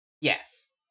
Yes